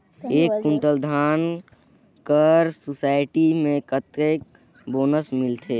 एक कुंटल धान कर सोसायटी मे कतेक बोनस मिलथे?